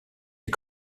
les